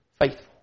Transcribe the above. faithful